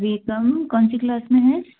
वीकम कौन सी क्लास में है